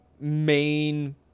main